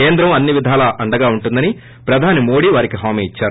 కేంద్రం అన్ని విధాలా అండగా ఉంటుందని ప్రధాని మోదీ వారికి హామీ ఇద్సారు